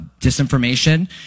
disinformation